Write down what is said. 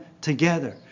together